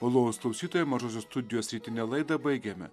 malonūs klausytojai mažosios studijos rytinę laidą baigiame